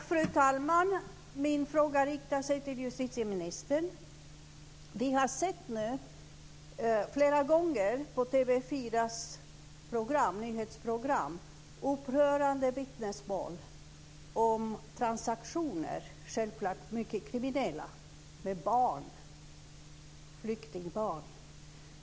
Fru talman! Min fråga riktar sig till justitieministern. Vi har nu flera gånger på TV 4:s nyhetsprogram sett upprörande vittnesmål om transaktioner, självklart mycket kriminella, med barn, flyktingbarn.